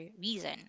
reason